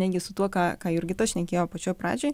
netgi su tuo ką ką jurgita šnekėjo pačioj pradžioj